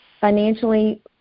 financially